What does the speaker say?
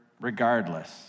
regardless